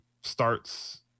starts